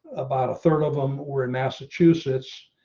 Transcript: about a third of them were in massachusetts.